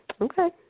okay